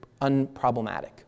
unproblematic